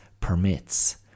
permits